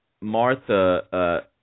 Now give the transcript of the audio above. Martha